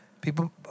people